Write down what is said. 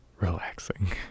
relaxing